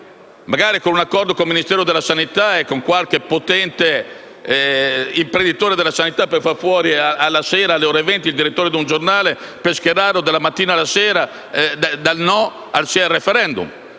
magari con un accordo tra il Ministero della sanità e qualche potente imprenditore della sanità per far fuori la sera, alle ore 20, il direttore di un giornale per farla passare, dalla mattina alla sera, dal «no» al «sì» rispetto